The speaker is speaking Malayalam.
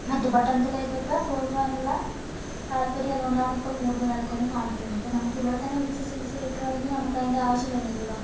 മറ്റു പട്ടണത്തിലേക്കൊക്കെ പോകാനുള്ള താൽപ്പര്യം അതുകൊണ്ടാണ് ഇപ്പോൾ കൂടുതൽ ആൾക്കാര് കാണിക്കുന്നത് ഇപ്പം നമുക്കിവിടെ തന്നെ മികച്ച ചികിത്സ കിട്ടുകയാണെങ്കിൽ നമുക്കതിൻ്റെ ആവശ്യം വരുന്നില്ലല്ലോ